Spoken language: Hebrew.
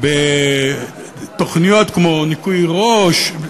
ובתוכניות כמו "ניקוי ראש".